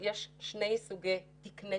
תתחילו לעשות